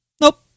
nope